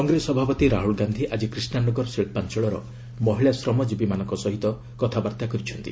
କଂଗ୍ରେସ ସଭାପତି ରାହୁଲ୍ ଗାନ୍ଧି ଆଜି କ୍ରିଷ୍ଣାନଗର ଶିକ୍ଷାଞ୍ଚଳର ମହିଳା ଶ୍ରମଜୀବୀମାନଙ୍କ ସହିତ କଥାବାର୍ତ୍ତା କରିଛନ୍ତି